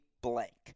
blank